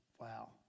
Wow